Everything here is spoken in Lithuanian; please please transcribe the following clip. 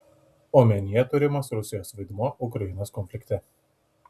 omenyje turimas rusijos vaidmuo ukrainos konflikte